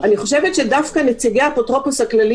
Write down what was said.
אני חושבת שדווקא נציגי האפוטרופוס הכללי